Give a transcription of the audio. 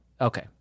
Okay